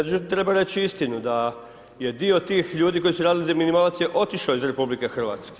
Međutim, treba reći istinu da je dio tih ljudi koji su radili za minimalac je otišao iz RH.